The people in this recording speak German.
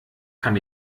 kann